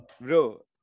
bro